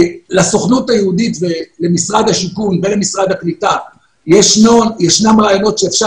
לסוכנות היהודית ולמשרד השיכון ולמשרד הקליטה יש רעיונות שאפשר